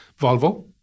Volvo